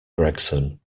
gregson